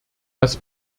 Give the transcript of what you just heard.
dass